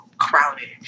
crowded